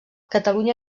catalunya